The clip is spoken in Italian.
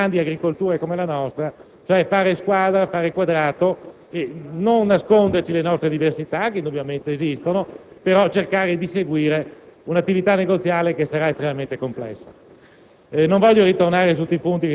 i parlamentari degli altri Paesi con grandi agricolture come la nostra: fare squadra e «quadrato», senza nasconderci le diversità che indubbiamente esistono, ma cercando di perseguire un'attività negoziale che si rivelerà estremamente complessa.